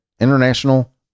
International